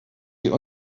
sie